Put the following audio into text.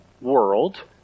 world